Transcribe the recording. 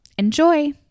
Enjoy